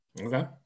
Okay